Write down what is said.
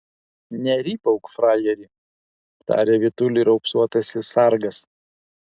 nerypauk frajeri tarė vytuliui raupsuotasis sargas